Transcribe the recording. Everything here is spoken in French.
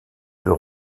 peut